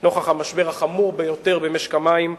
נוכח המשבר החמור במשק המים,